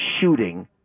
shooting